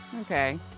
Okay